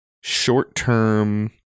short-term